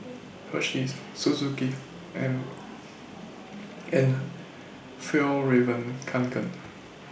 Hersheys Suzuki and and Fjallraven Kanken